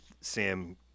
Sam